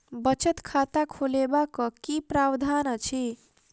बचत खाता खोलेबाक की प्रावधान अछि?